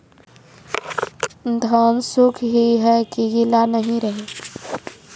धान सुख ही है की गीला नहीं रहे?